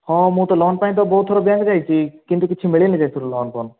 ହଁ ମୁଁ ତ ଲୋନ୍ ପାଇଁ ତ ବହୁତ ଥର ବ୍ୟାଙ୍କ୍ ଯାଇଛି କିନ୍ତୁ କିଛି ମିଳିନି ସେଥିରୁ ଲୋନ୍ ଫୋନ୍